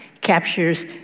captures